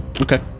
Okay